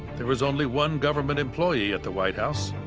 there was only one government employee at the white house,